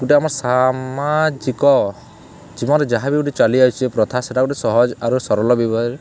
ଗୁଟେ ଆମର୍ ସାମାଜିକ ଜୀବନରେ ଯାହା ବି ଗୁଟେ ଚାଲିଆଇଛେ ପ୍ରଥା ସେଟା ଗୁଟେ ସହଜରୁ ସରଳ